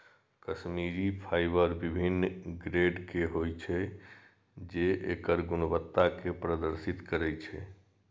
Kashmiri fibre विभिन्न grade के होइ छै, जे एकर गुणवत्ता कें प्रदर्शित करै छै